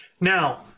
Now